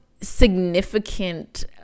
significant